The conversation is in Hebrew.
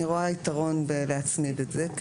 אני רואה יתרון להצמיד את זה.